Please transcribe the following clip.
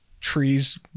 trees